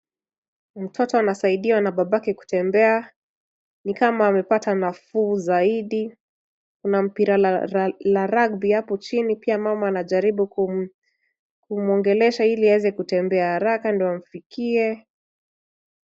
Mtoto anasaidiwa na babake kutembea ni kama amepata nafuu zaidi. Kuna mpira la rugby hapo chini. Pia mama anajaribu kumwongelesha ili aweze kutembea haraka ndio amfikie.